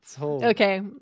Okay